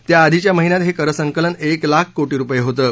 त्याआधीच्या महिन्यात हे करसंकलन एक लाख कोटी रुपये होतं